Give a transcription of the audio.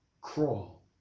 crawl